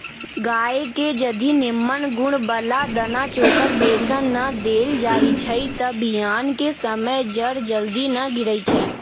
गाय के जदी निम्मन गुण बला दना चोकर बेसन न देल जाइ छइ तऽ बियान कें समय जर जल्दी न गिरइ छइ